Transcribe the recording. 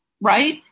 right